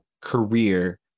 career